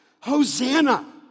Hosanna